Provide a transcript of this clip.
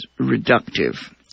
reductive